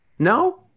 No